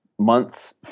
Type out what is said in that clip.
months